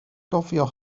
gofio